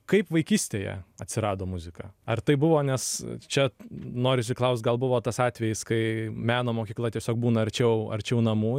kaip vaikystėje atsirado muzika ar tai buvo nes čia norisi klaust gal buvo tas atvejis kai meno mokykla tiesiog būna arčiau arčiau namų